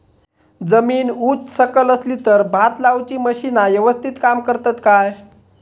जमीन उच सकल असली तर भात लाऊची मशीना यवस्तीत काम करतत काय?